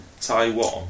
Taiwan